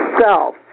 self